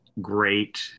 great